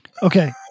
Okay